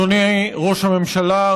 אדוני ראש הממשלה,